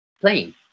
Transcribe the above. playing